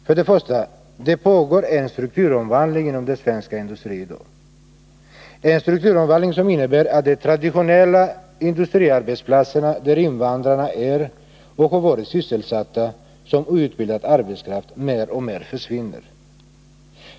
För det första pågår det en strukturomvandling inom den svenska industrin, en strukturomvandling som innebär att de traditionella industriarbetsplatserna, där invandrarna är och har varit sysselsatta som outbildad arbetskraft, mer och mer försvinner.